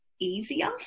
easier